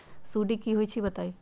सुडी क होई छई बताई?